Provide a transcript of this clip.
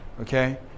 okay